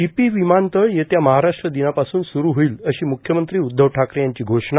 चिपी विमानतळ येत्या महाराष्ट्र दिनापासून सुरू होईल अशी मुख्यमंत्री उद्धव ठाकरे यांची घोषणा